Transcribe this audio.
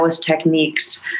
techniques